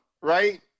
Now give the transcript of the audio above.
right